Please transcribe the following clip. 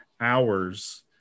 hours